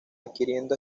adquiriendo